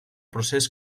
procés